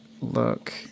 look